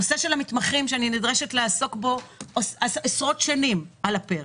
הנושא של המתמחים שאני נדרשת לעסוק בו נמצא עשרות שנים על הפרק.